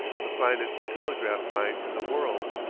the finest telegraph line in the world.